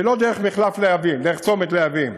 שלא דרך מחלף להבים, דרך צומת להבים,